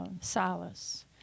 solace